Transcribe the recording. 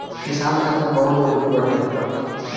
किसान खातिर बहुत जरूरी बा ट्रैक्टर